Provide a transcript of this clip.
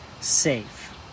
safe